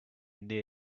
near